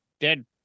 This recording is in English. Dead